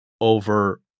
over